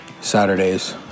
Saturdays